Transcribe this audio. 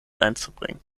einzubringen